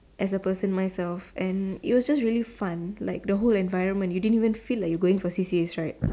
as a person myself and it was just really fun like the whole environment you didn't even feel like you were going for C_C_As right